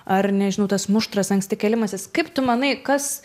ar nežinau tas muštras anksti kėlimasis kaip tu manai kas